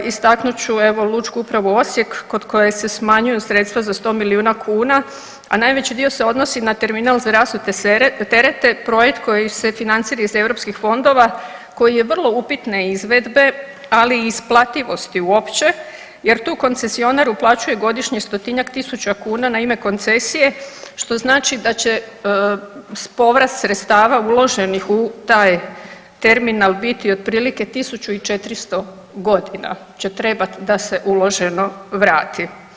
Istaknut ću evo Lučku upravu Osijek kod koje se smanjuju sredstva za 100 milijuna kuna, a najveći dio se odnosi na Terminal za rasute terete, projekt koji se financira iz europskih fondova koji je vrlo upitne izvedbe, ali i isplativosti uopće jer tu koncesionar uplaćuje godišnje 100-tinjak tisuća kuna na ime koncesije, što znači da će povrat sredstava uloženih u taj terminal biti otprilike, 1400.g. će trebat da se uloženo vrati.